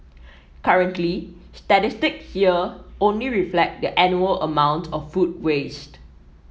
currently statistics here only reflect the annual amount of food waste